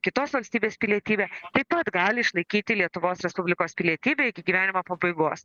kitos valstybės pilietybę taip pat gali išlaikyti lietuvos respublikos pilietybę iki gyvenimo pabaigos